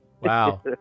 Wow